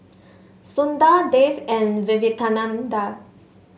Sundar Dev and Vivekananda